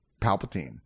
Palpatine